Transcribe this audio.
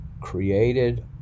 created